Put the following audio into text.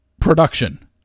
production